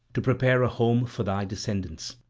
to prepare a home for thy descendants.